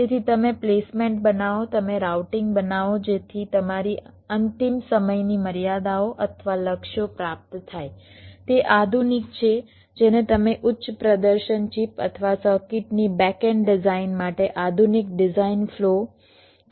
જેથી તમે પ્લેસમેન્ટ બનાવો તમે રાઉટીંગ બનાવો જેથી તમારી અંતિમ સમયની મર્યાદાઓ અથવા લક્ષ્યો પ્રાપ્ત થાય તે આધુનિક છે જેને તમે ઉચ્ચ પ્રદર્શન ચિપ અથવા સર્કિટની બેક એન્ડ ડિઝાઇન માટે આધુનિક ડિઝાઇન ફ્લો કહી શકો છો